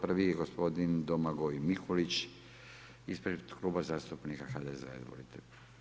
Prvi je gospodin Domagoj Mikulić ispred Kluba zastupnika HDZ-a, izvolite.